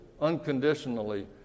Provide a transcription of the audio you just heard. unconditionally